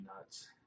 nuts